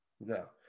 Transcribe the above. no